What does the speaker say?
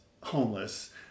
homeless